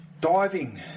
Diving